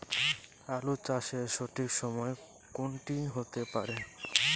আলু চাষের সঠিক সময় কোন টি হতে পারে?